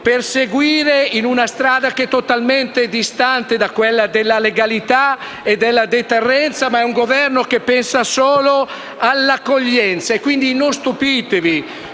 proseguire su una strada totalmente distante da quella della legalità e della deterrenza. È un Governo che pensa solo all'accoglienza. Non stupitevi,